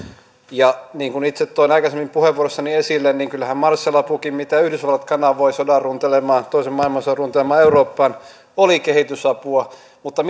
ja niin kuin itse toin aikaisemmin puheenvuorossani esille kyllähän marshall apukin jota yhdysvallat kanavoi toisen maailmansodan runtelemaan eurooppaan oli kehitysapua mutta